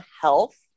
health